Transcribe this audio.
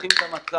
מנתחים את המצב.